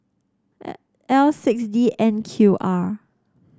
L six D N Q R